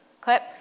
clip